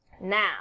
Now